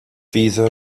fydd